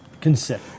Consider